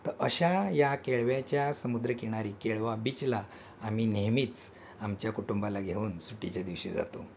तर अशा या केळव्याच्या समुद्रकिनारी केळवा बीचला आम्ही नेहमीच आमच्या कुटुंबाला घेऊन सुट्टीच्या दिवशी जातो